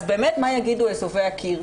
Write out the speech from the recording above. אז באמת מה יגידו אזובי הקיר.